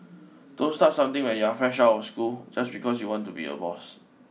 don't start something when you're fresh out of school just because you want to be a boss